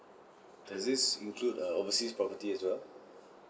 does this include err overseas property as well